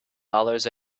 dollars